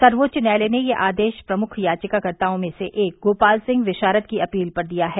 सर्वोच्च न्यायालय ने यह आदेश प्रमुख याचिकाकर्ताओं में से एक गोपाल सिंह विशारद की अपील पर दिया है